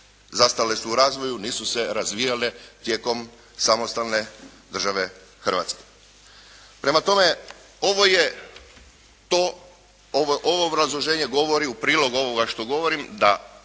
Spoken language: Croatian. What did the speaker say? zastale su u razvoju, nisu se razvijale tijekom samostalne države Hrvatske. Prema tome, ovo je to, ovo obrazloženje govori u prilog ovoga što govorim da